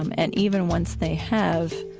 um and even once they have,